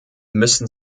müssen